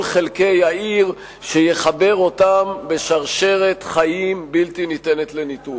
חלקי העיר שיחבר אותם בשרשרת חיים בלתי ניתנת לניתוק.